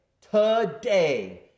today